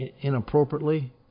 inappropriately